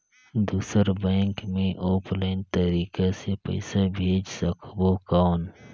दुसर बैंक मे ऑफलाइन तरीका से पइसा भेज सकबो कौन?